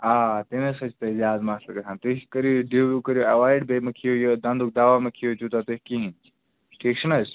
آ تمے سۭتۍ چھِ تۄہہِ زیادٕ مَسلہٕ گژھان تُہۍ کٔرِو یہِ ڈِوِو کٔرِو ایوایِڈ بیٚیہِ مہٕ کھیٚیو یہِ دَنٛدُک دَوا مہٕ کھیٚیو تیوٗتاہ تُہۍ کِہیٖنۍ ٹھیٖک چھُ نہٕ حظ